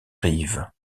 rives